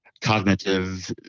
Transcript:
cognitive